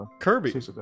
Kirby